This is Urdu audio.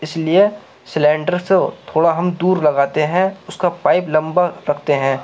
اس لیے سلینڈر سے تھوڑا ہم دور لگاتے ہیں اس کا پائپ لمبا رکھتے ہیں